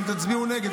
כי אתם תצביעו נגד,